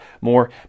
more